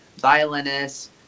violinist